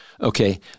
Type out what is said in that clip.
okay